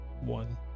one